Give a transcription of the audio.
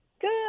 Good